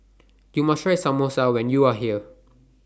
YOU must Try Samosa when YOU Are here